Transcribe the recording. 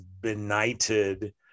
benighted